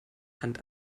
hand